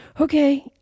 okay